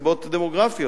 מסיבות דמוגרפיות.